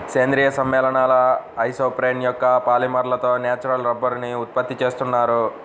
సేంద్రీయ సమ్మేళనాల ఐసోప్రేన్ యొక్క పాలిమర్లతో న్యాచురల్ రబ్బరుని ఉత్పత్తి చేస్తున్నారు